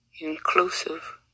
Inclusive